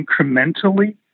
incrementally